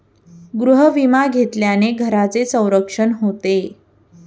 गृहविमा घेतल्याने घराचे संरक्षण होते